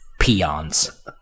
peons